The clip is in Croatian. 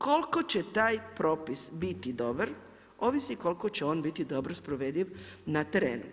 Koliko će taj propis biti dobar, ovisi koliko će on biti dobro sprovediv na terenu.